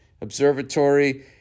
Observatory